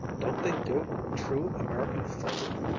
don't they do it with true american fervor!